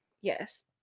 Yes